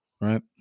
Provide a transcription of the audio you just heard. right